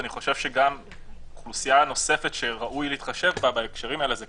אני חושב שאוכלוסייה נוספת שראוי להתחשב בה בהקשרים האלה הם קטינים.